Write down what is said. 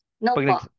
No